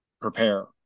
prepare